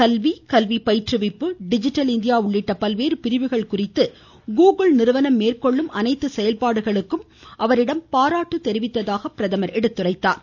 கல்வி பயிற்றுவிப்பு digital India உள்ளிட்ட பல்வேறு பிரிவுகள் குறித்து கூகுள் நிறுவனம் மேற்கொள்ளும் அனைத்து செயல்பாடுகளுக்கும் அவரிடம் பாராட்டு தெரிவித்ததாக பிரதமர் குறிப்பிட்டார்